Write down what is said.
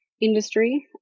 industry